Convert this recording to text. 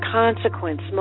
consequence